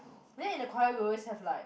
then in the choir we always have like